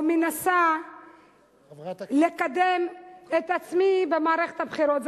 או מנסה לקדם את עצמי במערכת הבחירות.